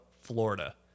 Florida